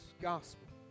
gospel